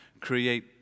create